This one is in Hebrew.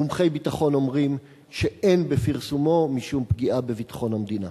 מומחי ביטחון אומרים שאין בפרסומו משום פגיעה בביטחון המדינה.